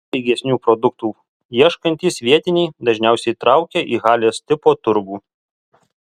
pigesnių produktų ieškantys vietiniai dažniausiai traukia į halės tipo turgų